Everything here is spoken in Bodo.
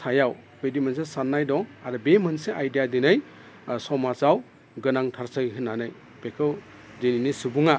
सायाव बिदि मोनसे साननाय दं आरो बे मोनसे आयदाया दिनै समाजाव गोनांथारसै होननानै बेखौ दिनैनि सुबुङा